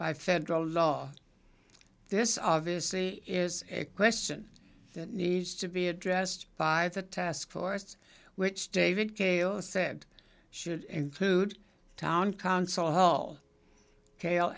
by federal law this obviously is a question that needs to be addressed by the task force which david calle said should include the town council hall cal